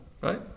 right